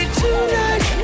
tonight